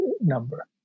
number